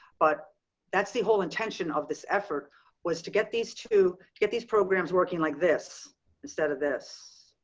but that's the whole intention of this effort was to get these, to get these programs working like this instead of this.